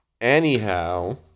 Anyhow